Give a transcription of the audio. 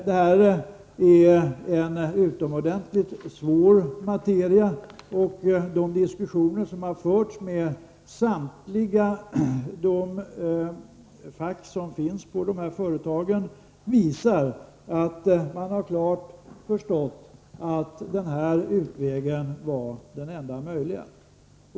Det här är en utomordentligt svår materia, och de diskussioner som har förts med samtliga de fack som finns på företagen visar att de helt har förstått att den här utvägen var den enda möjliga.